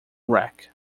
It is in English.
rec